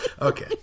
Okay